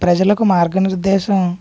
ప్రజలకు మార్గ నిర్దేశం